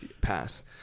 Pass